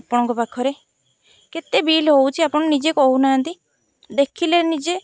ଆପଣଙ୍କ ପାଖରେ କେତେ ବିଲ୍ ହେଉଛି ଆପଣ ନିଜେ କହୁନାହାନ୍ତି ଦେଖିଲେ ନିଜେ